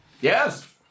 Yes